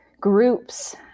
groups